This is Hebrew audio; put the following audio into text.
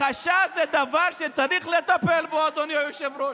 הכחשה זה דבר שצריך לטפל בו, אדוני היושב-ראש.